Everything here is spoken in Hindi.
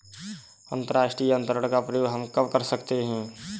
अंतर्राष्ट्रीय अंतरण का प्रयोग हम कब कर सकते हैं?